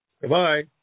Goodbye